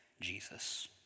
Jesus